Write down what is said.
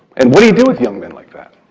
and what do you do with young men like that?